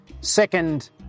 second